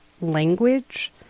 language